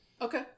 Okay